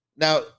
now